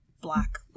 black